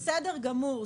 -- וזה בסדר גמור.